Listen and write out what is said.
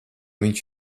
viņš